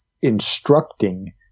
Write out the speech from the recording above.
instructing